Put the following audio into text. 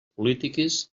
polítiques